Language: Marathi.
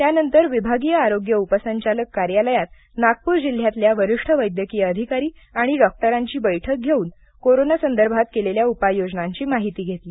त्यानंतर विभागीय आरोग्य उपसंचालक कार्यालयात नागपूर जिल्हयातील वरिष्ठ वैद्यकीय अधिकारी डॉक्टरांची बैठक घेऊन कोरोना संदर्भात केलेल्या उपाययोजनांची माहिती घेतली